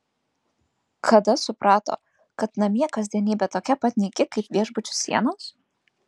kada suprato kad namie kasdienybė tokia pat nyki kaip viešbučių sienos